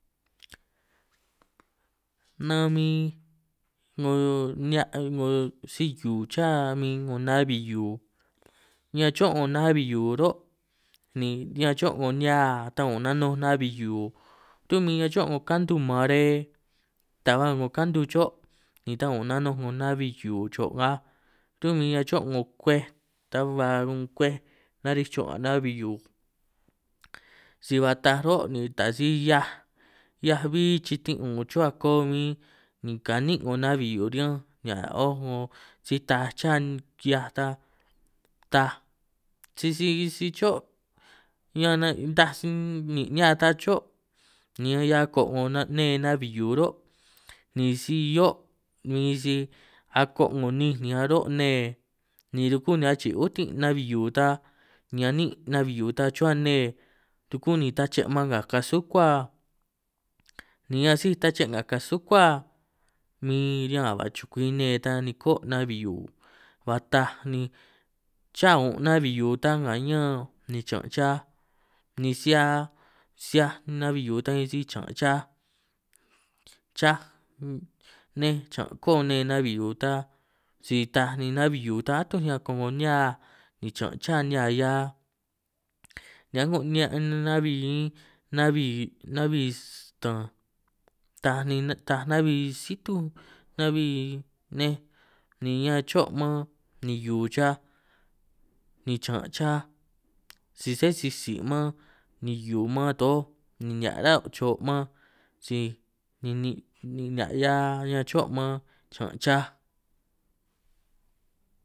Nan min ꞌngo nihiaꞌ ꞌngo si hiu cha min ꞌngo nabbi hiu ñan choꞌ, ꞌngo naꞌbbi hiu roꞌ ni ñan choꞌ ꞌngo nihia ta un nanuj naꞌbbi hiu runꞌ min choꞌ, ngo kantu mare ta ba ꞌngo kantu choꞌ ni ta un nanuj ꞌngo naꞌbbi hiu choꞌ ngaj, runꞌ bin ñan choꞌ ꞌngo kwej ta ba un kwej nariꞌij choꞌ nga naꞌbbi hiu, si ba taj roꞌ ni taj si hiaꞌaj hiaꞌaj bbí chitinꞌ un chuhua koꞌo bin ni kaninꞌ ꞌngo naꞌbbi hiu riñanj, ni aꞌ oj ꞌngo si taj cha kiꞌhiaj ta taj sisi si choꞌ ñan na ndaj, si ninꞌ nihia ta choꞌ ni ñan ꞌhia koꞌo ꞌngo nne naꞌbbi hiu roꞌ, ni si oꞌ ni si akoꞌ ngo nninj ni aroꞌ nne ni ruku ni achiꞌi utinꞌ naꞌbbi hiu ta ni aninꞌ naꞌbbi hiu ta chuhua ni ruku tache man nga kasukua, ni ñan sij tache nga kasukua mi ñan ka ba chukwi nne ta ni koꞌ naꞌbbi hiu ba taaj, ni chaunꞌ naꞌbbi hiu ta nga ñan ni chiñanꞌ chaj, ni si ꞌhia si ꞌhiaj naꞌbbi hiu tan bin si chiñanꞌ chaj nej chiñanꞌ koꞌo nne naꞌbbi hiu ta, si taaj ni naꞌbbi hiu ta atuj riñan komo nihia ni chiñanꞌ cha niꞌhia ꞌhia ni aꞌngo nihiaꞌ naꞌbbiin naꞌbbi naꞌbbi stanj taaj ni taaj ni naꞌbbi situj naꞌbbi nej ni ñan choꞌ man ni hiu chaj, ni chiñanꞌ chaj si sé si tsi man ni hiu man toj, nihiaꞌ roꞌ cho man si ninin nihiaꞌ ꞌhia ñan choꞌ man chanꞌ chaj.